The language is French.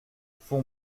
fonds